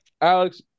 Alex